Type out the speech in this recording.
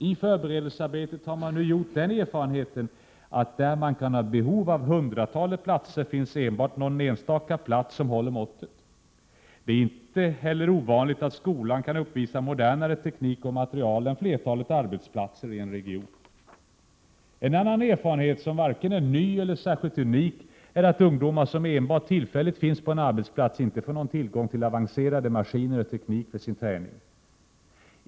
I förberedelsearbetet har man nu gjort den erfarenheten att där man kan ha behov av hundratalet platser finns enbart någon enstaka plats som håller måttet. Det är ej heller ovanligt att skolan kan uppvisa modernare teknik och material än flertalet arbetsplatser i en region. En annan erfarenhet som varken är ny eller särskilt unik är att ungdomar som enbart tillfälligt finns på en arbetsplats inte får tillgång till avancerade maskiner och teknik för sin träning.